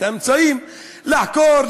את האמצעים לחקור,